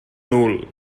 nul